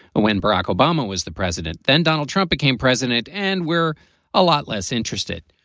when barack obama was the president, then donald trump became president. and we're a lot less interested.